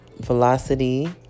velocity